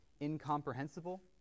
incomprehensible